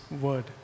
word